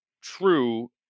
true